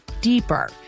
deeper